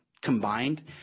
combined